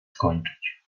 skończyć